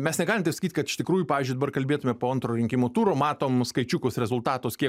mes negalim taip sakyt kad iš tikrųjų pavyzdžiui dabar kalbėtume po antro rinkimų turo matom skaičiukus rezultatus kiek